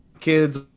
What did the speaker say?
kids